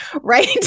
right